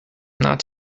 not